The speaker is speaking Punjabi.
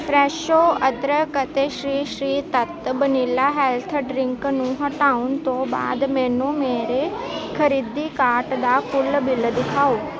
ਫਰੈਸ਼ੋ ਅਦਰਕ ਅਤੇ Shri Shri Tattva vanilla health drink ਨੂੰ ਹਟਾਉਣ ਤੋਂ ਬਾਅਦ ਮੈਨੂੰ ਮੇਰੇ ਖਰੀਦੀ ਕਾਰਟ ਦਾ ਕੁੱਲ ਬਿੱਲ ਦਿਖਾਓ